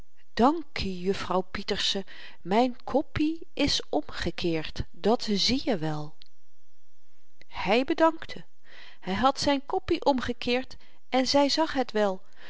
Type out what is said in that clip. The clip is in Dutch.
tekst uitroepen dankiejuffrouw pieterse mijn koppie is omgekeerd dat zieje wel hy bedankte hy had zyn koppie omgekeerd en zy zag het wel